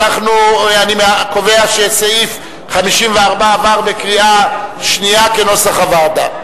אני קובע שסעיף 54 עבר בקריאה שנייה כנוסח הוועדה.